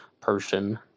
person